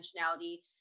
dimensionality